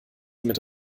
mit